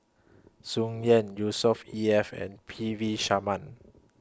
Tsung Yeh E F and P V Sharma